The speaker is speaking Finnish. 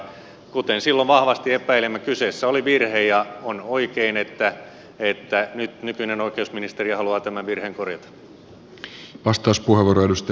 kuten silloin vahvasti epäilimme kyseessä oli virhe ja on oikein että nyt nykyinen oikeusministeri haluaa tämän virheen korjata